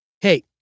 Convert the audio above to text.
Hey